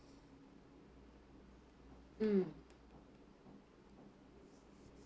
mm